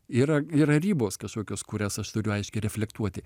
yra yra ribos kažkokios kurias aš turiu aiškiai reflektuoti